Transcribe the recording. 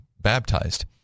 baptized